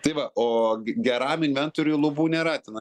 tai va o geram inventoriui lubų nėra tenai